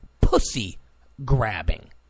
pussy-grabbing